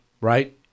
Right